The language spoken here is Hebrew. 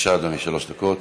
בבקשה, אדוני, שלוש דקות.